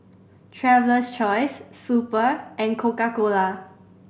Traveler's Choice Super and Coca Cola